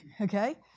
Okay